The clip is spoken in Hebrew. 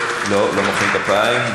לא מוחאים כפיים,